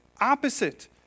opposite